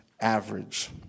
average